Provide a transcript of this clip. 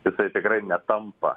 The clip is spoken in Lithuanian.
jisai tikrai netampa